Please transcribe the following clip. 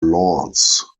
lords